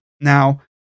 now